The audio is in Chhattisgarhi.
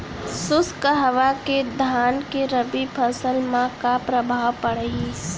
शुष्क हवा के धान के रबि फसल मा का प्रभाव पड़ही?